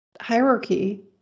hierarchy